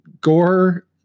Gore